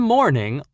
Morning